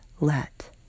let